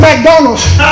McDonald's